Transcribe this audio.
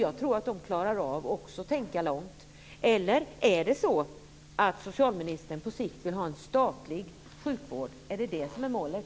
Jag tror att också de klarar av att tänka långt. Vill socialministern på sikt ha en statlig sjukvård? Är det målet?